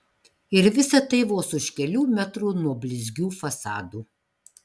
ir visa tai vos už kelių metrų nuo blizgių fasadų